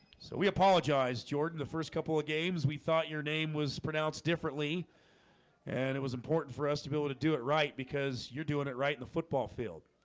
so we apologize jordan the first couple of games we thought your name was pronounced differently and it was important for us to be able to do it right because you're doing it it right in the football field